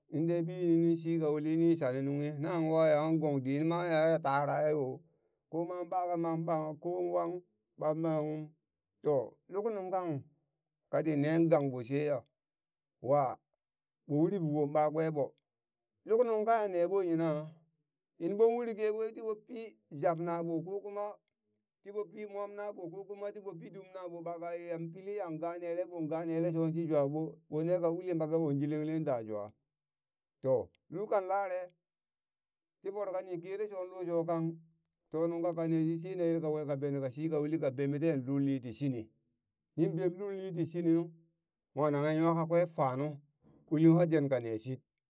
Nin ɗe bini yinin shika uli yini shane nunghi nang waya gong dit imma ya tara ya yo koma ɓaka mang ɓang ko wang ɓan man to luk nu kang katinne gangɓo she ya wa ɓo uri voko ɓakweɓo luk nungka yan nekwe yina? in bon uri ge bwe tiɓo pi jab naɓo ko kuma tiɓo pii mom naɓo ko kuma tiɓo pii dum namo ɓakayan pili yanga nele ɓo ga nele shon shi jwa mo neka ulin ɓake ɓon jilenglen dajwa, to lulkan lare ti voro kani gele sho lo sho kang to nungka ne shit shine yel kakwe ka benka shi ka uli ni beme teen lulni ti shini, nin bem lulni ti shini nu mo nanghe nwa kakwe fanu uli nwa den kane shit.